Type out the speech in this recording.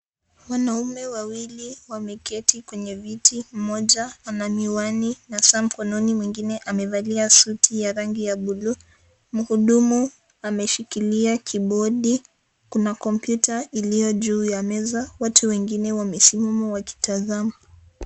Wanaume wawili wameketi kwenye viti. Moja ana niwani na saa mkononi mwingine amevalia suti ya rangi ya bluu. Mhudumu ameshikilia kibodi. Kuna kompyuta iliyo juu ya meza. Watu wengine wamesimama wakitazama.